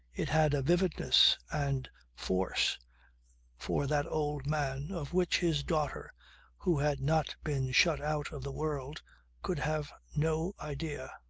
it had a vividness and force for that old man of which his daughter who had not been shut out of the world could have no idea.